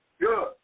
Good